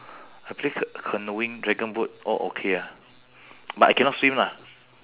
I play ca~ canoeing dragon boat all okay ah but I cannot swim lah